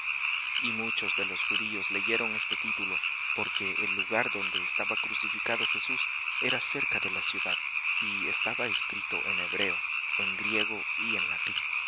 y muchos de los judíos leyeron este título porque el lugar donde estaba crucificado jesús era cerca de la ciudad y estaba escrito en hebreo en griego y en latín